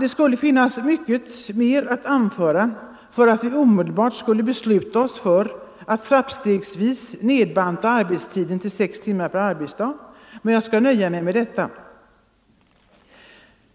Det skulle finnas många ytterligare skäl att anföra för att vi omedelbart skall besluta oss för att trappstegsvis nedbanta arbetstiden till sex timmar per arbetsdag, men jag skall nöja mig med detta.